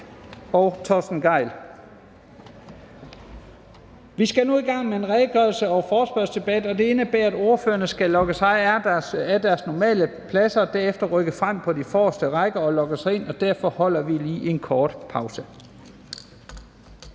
Vi skal nu i gang med en redegørelses- og forespørgselsdebat, og det indebærer, at ordførerne skal logge sig af deres normale pladser og derefter rykke frem på de forreste rækker og logge sig ind. Derfor holder vi lige en kort pause.